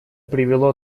привело